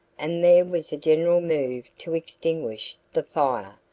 and there was a general move to extinguish the fire,